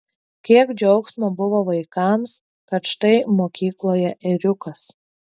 kiek džiaugsmo buvo vaikams kad štai mokykloje ėriukas